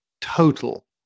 total